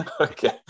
okay